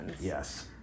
Yes